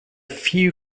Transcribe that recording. few